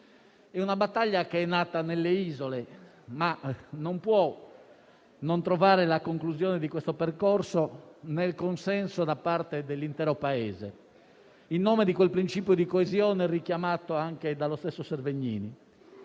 È una battaglia nata nelle isole, ma non può non trovare la conclusione di questo percorso nel consenso dell'intero Paese, in nome di quel principio di coesione richiamato anche da Severgnini.